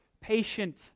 patient